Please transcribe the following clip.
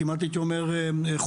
כמעט הייתי אומר חוקתית,